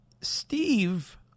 Steve